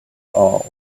all